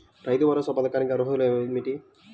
రైతు భరోసా పథకానికి అర్హతలు ఏమిటీ?